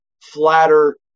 flatter